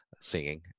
singing